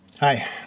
Hi